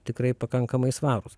tikrai pakankamai svarūs